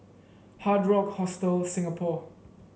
Hard Rock Hostel Singapore